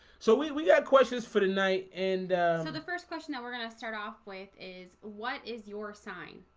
so we we got questions for the night and so the first question that we're gonna start off with is what is your sign?